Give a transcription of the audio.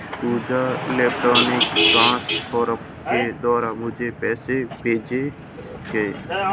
पूजा electronic transfer के द्वारा मुझें पैसा भेजेगी